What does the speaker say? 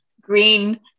green